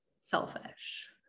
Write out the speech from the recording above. selfish